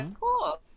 cool